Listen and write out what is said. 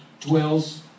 dwells